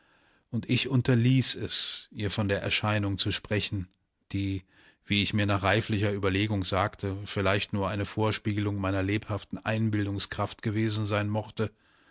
und ich unterließ es ihr von der erscheinung zu sprechen die wie ich mir nach reiflicher überlegung sagte vielleicht nur eine vorspiegelung meiner lebhaften einbildungskraft gewesen sein mochte